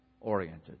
oriented